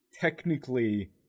technically